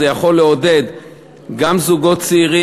זה יכול לעודד גם זוגות צעירים,